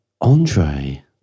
Andre